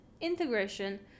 integration